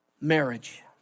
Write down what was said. marriage